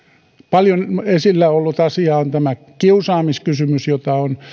paljon esillä ollut asia on tämä kiusaamiskysymys jota on